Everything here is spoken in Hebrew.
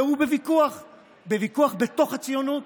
והוא בוויכוח בתוך הציונות,